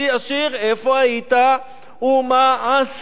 איפה היית ומה עשית?